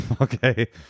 Okay